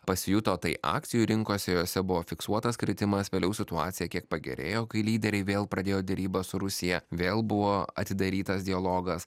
pasijuto tai akcijų rinkose jose buvo fiksuotas kritimas vėliau situacija kiek pagerėjo kai lyderiai vėl pradėjo derybas su rusija vėl buvo atidarytas dialogas